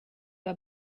jeu